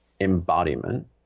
embodiment